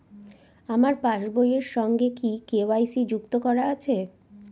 আমার পাসবই এর সঙ্গে কি কে.ওয়াই.সি যুক্ত করা আছে?